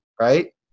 right